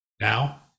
Now